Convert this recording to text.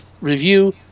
review